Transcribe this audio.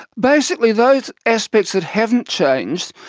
basically those aspects that haven't changed,